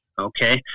okay